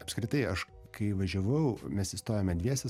apskritai aš kai važiavau mes įstojome dviese